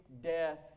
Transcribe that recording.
death